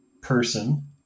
person